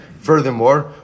Furthermore